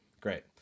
great